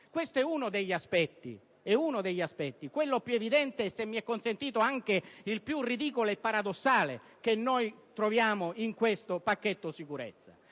Questo è uno degli aspetti, quello più evidente e - se mi è consentito - anche il più ridicolo e paradossale che noi troviamo nel pacchetto sicurezza.